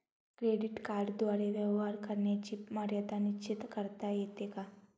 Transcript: Credit कार्डद्वारे व्यवहार करण्याची मर्यादा निश्चित करता येते का?